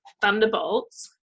thunderbolts